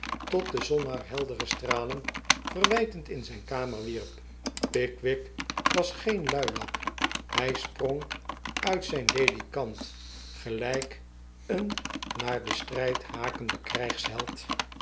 tot de zon haar heldere stralen verwijtend in zijn kamer wierp pickwick was geen luii winkle gaat kraaien schieten lak hij sprong uit zijn ledikant gelijk een naar den strijd hakende